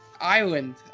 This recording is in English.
island